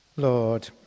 Lord